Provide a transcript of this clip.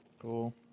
Cool